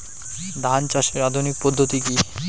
ধান চাষের আধুনিক পদ্ধতি কি?